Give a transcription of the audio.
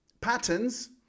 patterns